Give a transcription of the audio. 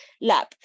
lab